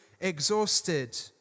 exhausted